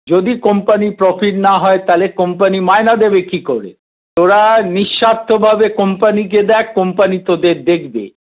যদি কোম্পানির প্রফিট না হয় তাহলে কোম্পানি মাইনে দেবে কি করে তোরা নিঃস্বার্থভাবে কোম্পানিকে দেখ কোম্পানি তোদের দেখবে